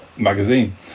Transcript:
magazine